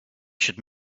should